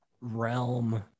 realm